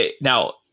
now